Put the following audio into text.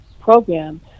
program